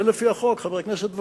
זה לפי החוק, חבר הכנסת וקנין,